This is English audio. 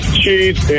cheese